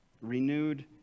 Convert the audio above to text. renewed